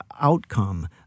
outcome